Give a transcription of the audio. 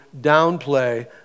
downplay